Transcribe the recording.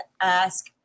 ask